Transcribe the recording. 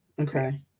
Okay